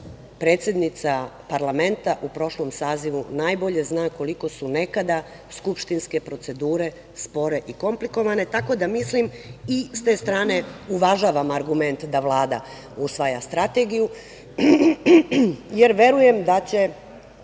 predsednica parlamenta u prošlom sazivu, najbolje zna koliko su nekada skupštinske procedure spore i komplikovane, tako da mislim i s te strane uvažavam argument da Vlada usvaja strategiju, jer verujem da će